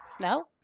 no